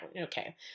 okay